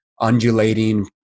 undulating